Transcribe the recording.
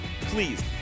please